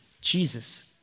Jesus